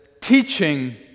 teaching